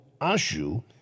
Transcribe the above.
Ashu